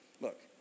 look